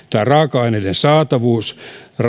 raaka aineiden saatavuus